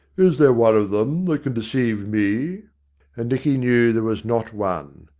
is there one of them that can deceive me and dicky knew there was not one.